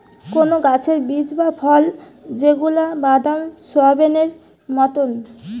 কোন গাছের বীজ বা ফল যেগুলা বাদাম, সোয়াবেনেই মতোন